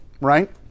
right